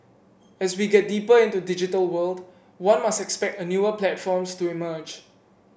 as we get deeper into digital world one must expect a newer platforms to emerge